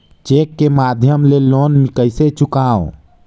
Cheque के माध्यम ले लोन कइसे चुकांव?